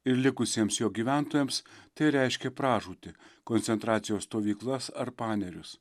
ir likusiems jo gyventojams tai reiškė pražūtį koncentracijos stovyklas ar panerius